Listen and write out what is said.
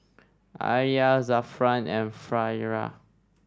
Alya Zafran and Farah